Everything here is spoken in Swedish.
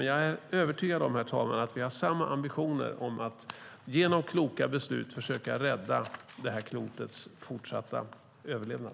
Men jag är övertygad om, herr talman, att vi har samma ambitioner om att genom kloka beslut försöka rädda det här klotets fortsatta överlevnad.